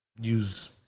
use